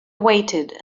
waited